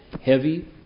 Heavy